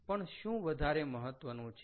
પણ શું વધારે મહત્વનું છે